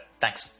Thanks